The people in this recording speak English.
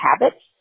habits